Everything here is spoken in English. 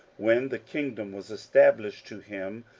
when the kingdom was established to him,